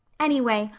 anyway,